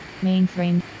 Mainframe